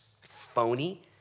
phony